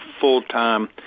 full-time